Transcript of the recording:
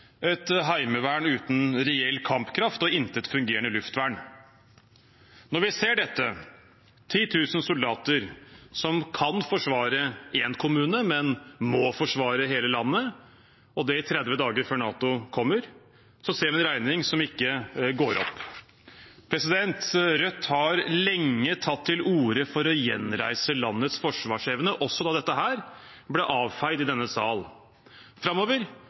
et heimevern uten reell kampkraft og intet fungerende luftvern. Når vi ser dette, 10 000 soldater som kan forsvare én kommune, men må forsvare hele landet – og det i 30 dager, før NATO kommer – ser vi en regning som ikke går opp. Rødt har lenge tatt til orde for å gjenreise landets forsvarsevne, også da dette ble avfeid i denne salen. Framover